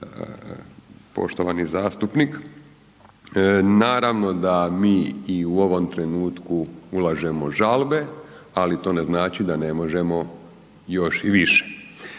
poštovani zastupnik. Naravno da mi i u ovom trenutku ulažemo žalbe ali to ne znači da ne možemo još i više.